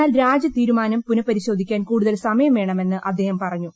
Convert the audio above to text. എന്നാൽ രാജി തീരുമാനം പുനപരിശോധിക്കാൻ കൂടുതൽ സമയം വേണമെന്ന് അദ്ദേഹം പറഞ്ഞു